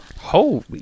holy